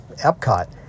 Epcot